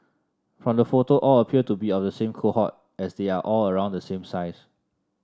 from the photo all appear to be of the same cohort as they are all around the same size